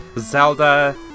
Zelda